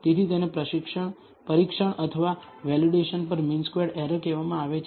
તેથી તેને પરીક્ષણ અથવા વેલિડેશન પર મીન સ્ક્વેર્ડ એરર કહેવામાં આવે છે